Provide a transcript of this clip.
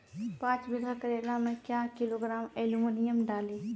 पाँच बीघा करेला मे क्या किलोग्राम एलमुनियम डालें?